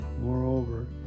Moreover